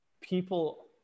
people